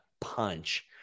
punch